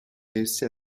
réussit